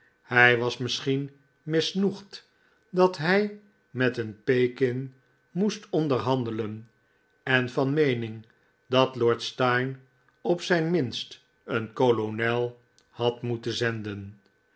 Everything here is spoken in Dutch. hij was misschien misnoegd dat hij met een pekin moest onderhandelen en van meening dat lord steyne op zijn minst een kolonel had moeten zenden